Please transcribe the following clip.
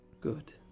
good